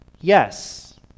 yes